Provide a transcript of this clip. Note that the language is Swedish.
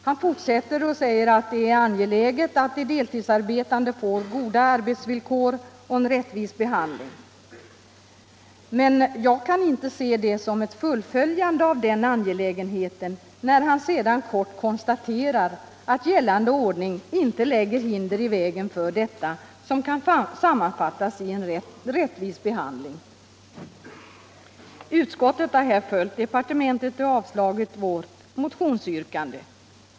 Han fortsätter med att säga att det är angeläget att de deltidsarbetande får goda arbetsvillkor och en rättvis behandling. Men jag kan inte se det som ett fullföljande av det uttalandet när han sedan kort konstaterar, att gällande ordning inte lägger hinder i vägen för det som kan sammanfattas i orden en rättvis behandling. Utskottet har här följt departementschefen och avstyrkt vårt motionsyrkande.